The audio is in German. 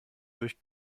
durch